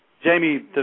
Jamie